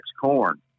corn